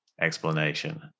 explanation